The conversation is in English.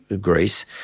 Greece